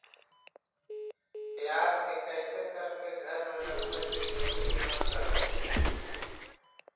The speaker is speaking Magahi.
प्याज के कैसे करके घर में रखबै कि जल्दी न सड़ै?